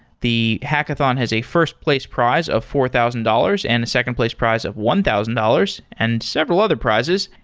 the hackathon has a first place prize of four thousand dollars and a second place prize of one thousand dollars, and several other prices,